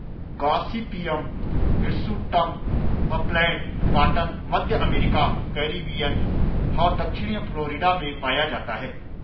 Gossypium hirsutum upland cotton, मध्य America, Caribbean और दक्षिणी फ्लोरिडा में पाया जाता है